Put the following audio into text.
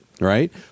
Right